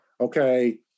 Okay